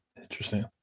Interesting